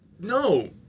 No